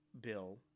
Bill